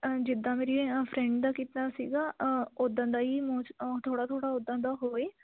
ਜਿੱਦਾਂ ਮੇਰੀ ਫਰੈਂਡ ਦਾ ਕੀਤਾ ਸੀਗਾ ਉਦਾਂ ਦਾ ਹੀ ਮੁਜ ਥੋੜ੍ਹਾ ਥੋੜ੍ਹਾ ਉਦਾਂ ਦਾ ਹੋਵੇ